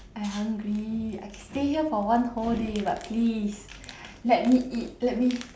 I hungry I stay here for one whole day but please let me eat let me